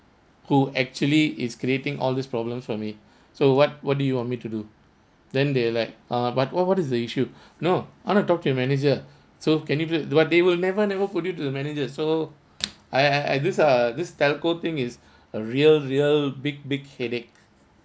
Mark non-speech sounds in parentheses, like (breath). who actually it's creating all these problem for me (breath) so what what do you want me to do then they like uh but what what is the issue (breath) no I want to talk to your manager so can you do that but they will never never put you to the manager so (noise) I I I this uh this telco thing it's a real real big big headache